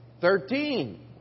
Thirteen